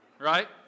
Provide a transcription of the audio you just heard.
Right